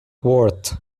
worth